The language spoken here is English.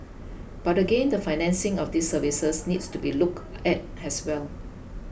but again the financing of these services needs to be looked at has well